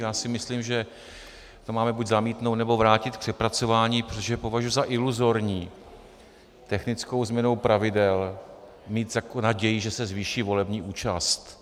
Já si myslím, že to máme buď zamítnout, nebo vrátit k přepracování, protože považuji za iluzorní technickou změnou pravidel mít naději, že se zvýší volební účast.